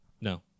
No